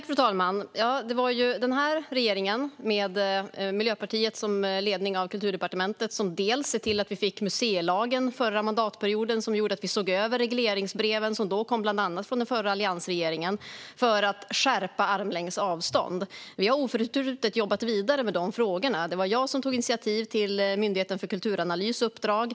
Fru talman! Det var regeringen med Miljöpartiet i ledningen för Kulturdepartementet som dels såg till att vi fick museilagen under den förra mandatperioden, dels gjorde att vi såg över regleringsbreven från bland annat den förra alliansregeringen för att skärpa armlängds avstånd. Vi har oförtrutet jobbat vidare med dessa frågor. Det var jag som tog initiativ till Myndigheten för kulturanalys uppdrag.